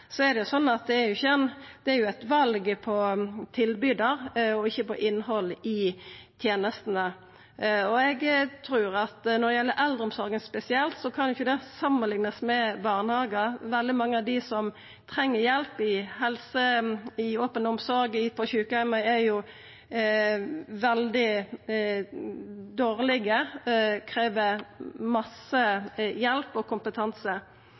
Det er eit val av tilbydar, men ikkje av innhald i tenestene. Eg trur at når det gjeld eldreomsorga spesielt, kan ikkje det samanliknast med barnehagar. Veldig mange av dei som treng helsehjelp i open omsorg på sjukeheimar, er veldig dårlege og krev mykje hjelp og høg kompetanse.